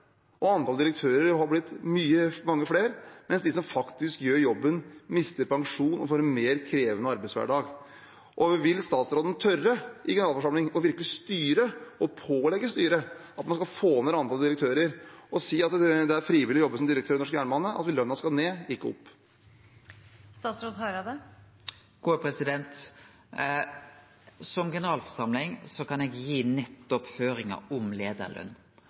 og at det har blitt mange flere direktører, mens de som faktisk gjør jobben, mister pensjon og får en mer krevende arbeidshverdag? Og vil statsråden tørre i generalforsamlingen å virkelig styre, å pålegge styret å få ned antallet direktører, og si at det er frivillig å jobbe som direktør i norsk jernbane, og at lønna skal ned, ikke opp? Som generalforsamling kan eg gi føringar om